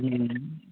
جییی